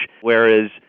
Whereas